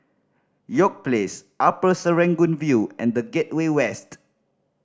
York Place Upper Serangoon View and The Gateway West